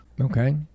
okay